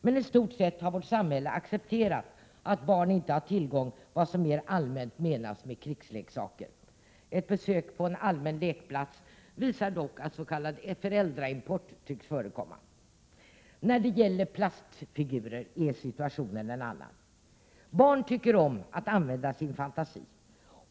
Men i stort sett har vårt samhälle accepterat att barn inte har tillgång till vad som mer allmänt menas med krigsleksaker. Ett besök på en allmän lekplats visar dock att en s.k. föräldraimport tycks förekomma. När det gäller plastfigurer är dock situationen en annan. Barn tycker om att utveckla sin fantasi.